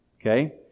Okay